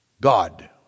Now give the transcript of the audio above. God